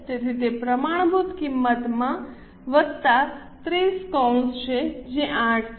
તેથી તે પ્રમાણભૂત કિંમતમાં વત્તા 13 કૌંસ છે જે 8 છે